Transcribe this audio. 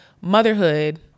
motherhood